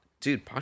dude